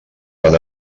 van